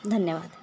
धन्यवाद